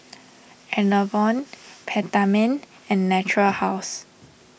Enervon Peptamen and Natura House